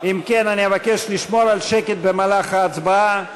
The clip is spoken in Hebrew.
אם כן, אבקש לשמור על שקט במהלך ההצבעה,